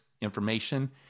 information